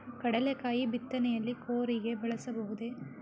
ಕಡ್ಲೆಕಾಯಿ ಬಿತ್ತನೆಯಲ್ಲಿ ಕೂರಿಗೆ ಬಳಸಬಹುದೇ?